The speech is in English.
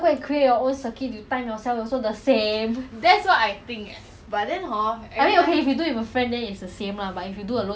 but your four point F Y five they got scream at you meh they will keep motivating you right